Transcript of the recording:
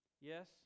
Yes